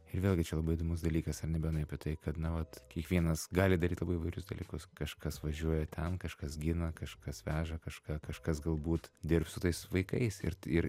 ir vėlgi čia labai įdomus dalykas ar ne benai apie tai kad na vat kiekvienas gali daryt labai įvairius dalykus kažkas važiuoja ten kažkas gina kažkas veža kažką kažkas galbūt dirbs su tais vaikais ir ir